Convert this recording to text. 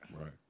Right